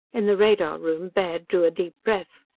in the radar room, baird drew a deep breath.